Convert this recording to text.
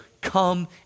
come